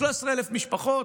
13,000 משפחות,